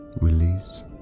release